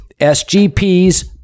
SGPs